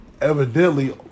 evidently